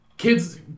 Kids